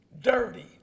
Dirty